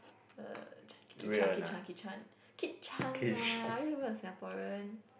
uh just Kit-Chan Kit-Chan Kit-Chan Kit-Chan lah are you even a Singaporean